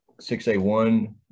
6A1